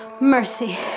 mercy